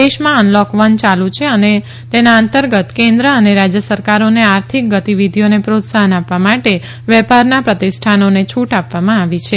દેશમાં unlock one યાલુ છે અને તેના અંતર્ગત કેન્દ્ર અને રાજય સરકારોને આર્થિક ગતિવિધીઓને પ્રોત્સાફન આપવા માટે વ્યાપારના પ્રતીષ્ઠાનોને છુટ આપવામાં આવી છે